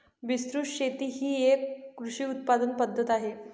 विस्तृत शेती ही एक कृषी उत्पादन पद्धत आहे